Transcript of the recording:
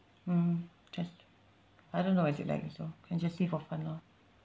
mm just I don't know what is it like also can just see for fun loh